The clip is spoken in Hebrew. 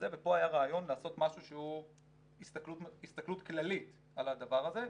ופה היה רעיון לעשות משהו שהוא הסתכלות כללית על הדבר הזה,